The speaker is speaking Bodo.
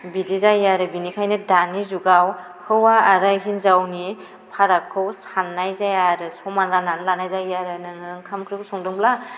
बिदि जायो आरो बिनिखायनो दानि जुगाव हौवा आरो हिन्जावनि फारागखौ साननाय जाया आरो समान राननानै लानाय जायो आरो नोङो ओंखाम ओंख्रिखौ संदोंब्ला